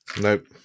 Nope